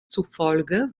zufolge